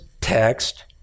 text